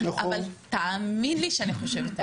אבל תאמין לי שאני חושבת עליך.